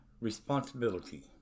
responsibility